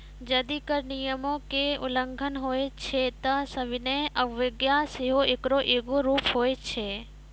जदि कर नियमो के उल्लंघन होय छै त सविनय अवज्ञा सेहो एकरो एगो रूप होय छै